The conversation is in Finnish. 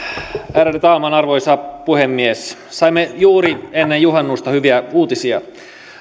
ärade talman arvoisa puhemies saimme juuri ennen juhannusta hyviä uutisia